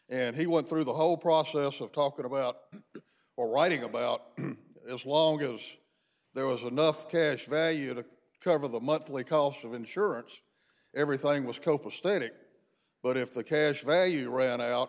and he went through the whole process of talking about it or writing about it as long as there was enough cash value to cover the monthly cost of insurance everything was copa stanek but if the cash value ran out